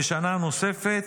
בשנה נוספת,